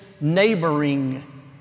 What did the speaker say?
neighboring